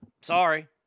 Sorry